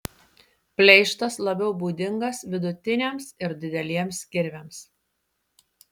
pleištas labiau būdingas vidutiniams ir dideliems kirviams